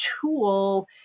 tool